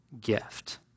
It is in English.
gift